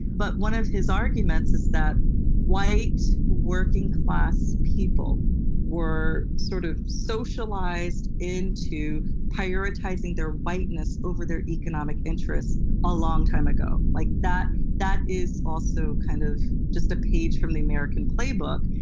but one of his arguments is that white working-class people were sort of socialized into prioritizing their whiteness over their economic interests a long time ago. like that that is also kind of just a page from the american playbook.